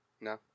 No